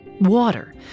Water